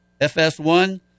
FS1